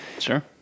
Sure